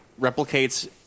replicates